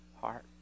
heart